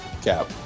Cap